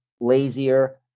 lazier